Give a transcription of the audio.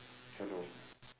hello